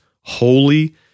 holy